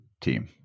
team